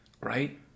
Right